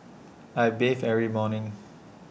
I bathe every morning